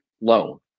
loan